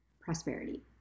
prosperity